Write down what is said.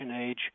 age